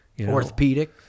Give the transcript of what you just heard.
Orthopedic